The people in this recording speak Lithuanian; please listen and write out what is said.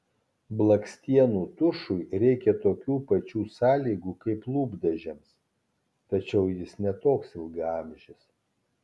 blakstienų tušui reikia tokių pačių sąlygų kaip lūpdažiams tačiau jis ne toks ilgaamžis